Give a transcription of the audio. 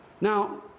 Now